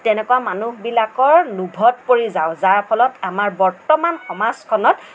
তেনেকুৱা মানুহবিলাকৰ লোভত পৰি যাওঁ যাৰ ফলত আমাৰ বৰ্তমান সমাজখন